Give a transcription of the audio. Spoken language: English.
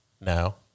now